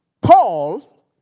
Paul